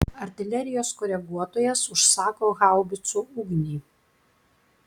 artilerijos koreguotojas užsako haubicų ugnį